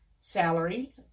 salary